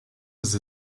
sie